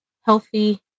healthy